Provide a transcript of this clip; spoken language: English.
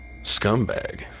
scumbag